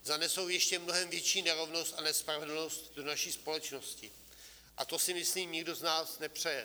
Zanesou ještě mnohem větší nerovnost a nespravedlnost do naší společnosti a to si myslím nikdo z nás nepřeje.